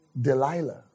Delilah